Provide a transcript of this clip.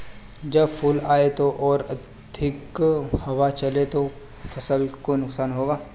जब फूल आए हों और अधिक हवा चले तो फसल को नुकसान होगा?